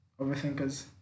overthinkers